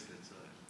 מי שהתגייס לצה"ל.